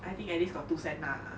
I think at least got two cents lah